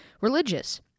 religious